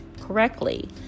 correctly